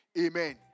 Amen